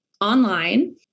online